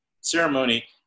ceremony